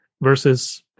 versus